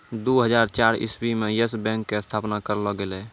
दु हजार चार इस्वी मे यस बैंक के स्थापना करलो गेलै